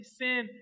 sin